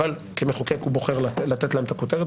אבל כמחוקק הוא בוחר לתת להם את הכותרת